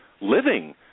living